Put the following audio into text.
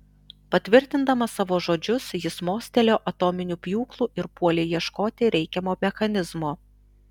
patvirtindamas savo žodžius jis mostelėjo atominiu pjūklu ir puolė ieškoti reikiamo mechanizmo